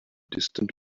distant